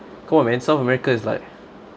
come on man south america is like